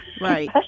right